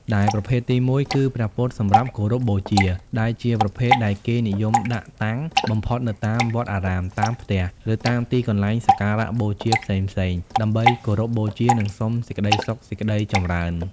ដែលប្រភេទទីមួយគឺ ព្រះពុទ្ធសម្រាប់គោរពបូជា ដែលជាប្រភេទដែលគេនិយមដាក់តាំងបំផុតនៅតាមវត្តអារាម តាមផ្ទះ ឬតាមទីកន្លែងសក្ការៈបូជាផ្សេងៗ ដើម្បីគោរពបូជា និងសុំសេចក្តីសុខសេចក្តីចម្រើន។